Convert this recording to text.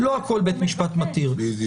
ושבלי הסכמה לא נכנסים בכלל בדלת הזאת.